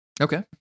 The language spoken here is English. okay